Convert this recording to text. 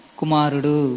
kumarudu